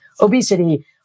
obesity